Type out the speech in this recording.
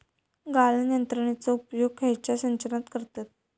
गाळण यंत्रनेचो उपयोग खयच्या सिंचनात करतत?